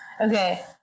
Okay